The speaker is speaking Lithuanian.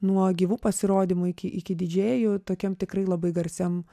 nuo gyvų pasirodymų iki iki didžėjų tokiam tikrai labai garsiam